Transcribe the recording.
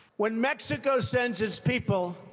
when mexico sends its people,